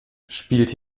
spielt